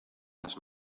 las